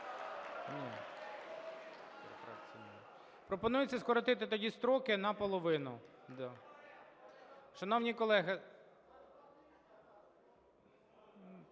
Пропонується тоді скоротити строки наполовину. Шановні колеги…